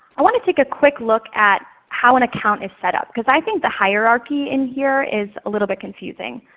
i wanted to take a quick look at how an account is set up because i think the hierarchy in here is a little bit confusing.